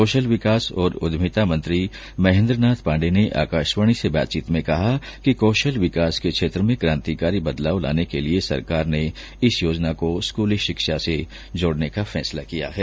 कौशल विकास और उद्यमिता मंत्री महेन्द्र नाथ पाण्डे ने आकाशवाणी से बातचीत में कहा कि कौशल विकास के क्षेत्र में क्रांतिकारी बदलाव लाने के लिए सरकार ने इस योजना को स्कूली शिक्षा से जोड़ने का फैसला किया है